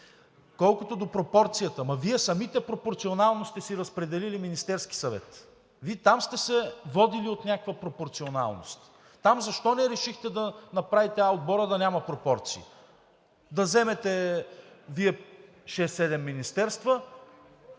Колкото до пропорцията, ама Вие самите пропорционално сте си разпределили Министерския съвет. Вие там сте се водили от някаква пропорционалност. Защо не решихте да направите А отбора, за да няма пропорции, да вземете Вие шест-седем министерства,